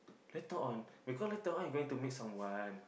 later on because later on you going to meet someone